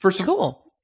Cool